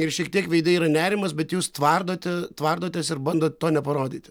ir šiek tiek veide yra nerimas bet jūs tvardote tvardotės ir bandot to neparodyti